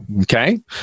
okay